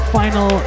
final